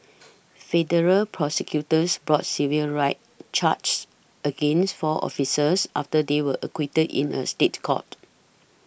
federal prosecutors brought civil rights charges against four officers after they were acquitted in a State Court